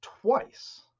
twice